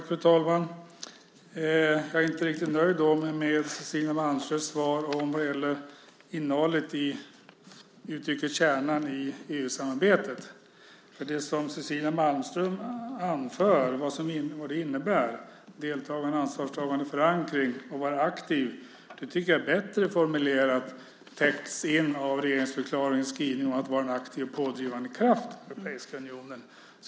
Fru talman! Jag är inte riktigt nöjd med Cecilia Malmströms svar vad gäller innehållet i uttrycket "kärnan i det europeiska samarbetet". Det som Cecilia Malmström anför att det innebär, "deltagande, ansvarstagande och förankring" och att vara aktiv, tycker jag är bättre formulerat och täcks in av regeringsförklaringens skrivning om att vara en aktiv och pådrivande kraft i Europeiska unionen.